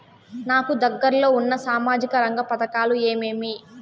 నాకు దగ్గర లో ఉన్న సామాజిక రంగ పథకాలు ఏమేమీ?